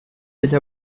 degli